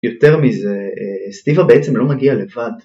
יותר מזה, סטיבה בעצם לא מגיע לבד